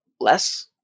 less